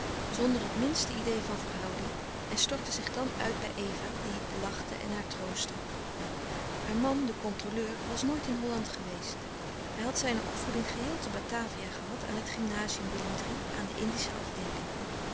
zonder het minste idee van verhouding en stortte zich dan uit bij eva die lachte en haar troostte haar man de louis couperus de stille kracht controleur was nooit in holland geweest hij had zijne opvoeding geheel te batavia gehad aan het gymnazium willem iii en aan de indische afdeeling